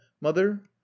mother